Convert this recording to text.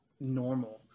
normal